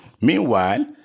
meanwhile